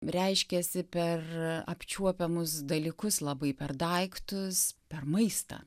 reiškiasi per apčiuopiamus dalykus labai per daiktus per maistą